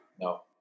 No